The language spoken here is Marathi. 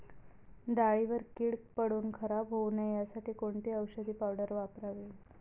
डाळीवर कीड पडून खराब होऊ नये यासाठी कोणती औषधी पावडर वापरावी?